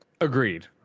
agreed